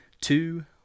two